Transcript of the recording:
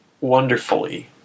wonderfully